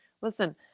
Listen